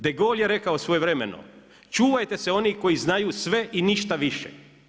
De Gaulle je rekao svojevremeno: Čuvajte se onih koji znaju sve i ništa više.